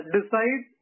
Decide